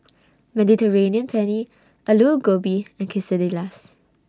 Mediterranean Penne Alu Gobi and Quesadillas